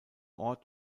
ort